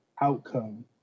outcome